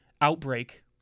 outbreak